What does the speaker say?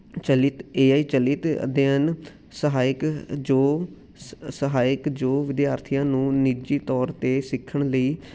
ਚਲਿਤ A I ਚਲਿਤ ਅਧਿਐਨ ਸਹਾਇਕ ਜੋ ਸ ਸਹਾਇਕ ਜੋ ਵਿਦਿਆਰਥੀਆਂ ਨੂੰ ਨਿੱਜੀ ਤੌਰ 'ਤੇ ਸਿੱਖਣ ਲਈ